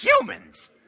Humans